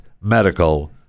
Medical